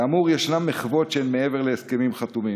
כאמור, ישנן מחוות שהן מעבר להסכמים חתומים.